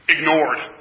Ignored